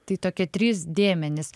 tai tokie trys dėmenys